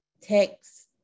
text